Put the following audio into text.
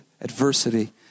adversity